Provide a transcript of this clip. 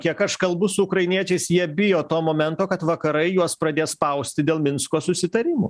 kiek aš kalbu su ukrainiečiais jie bijo to momento kad vakarai juos pradės spausti dėl minsko susitarimų